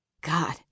God